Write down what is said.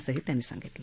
असंही त्यांनी सांगितलं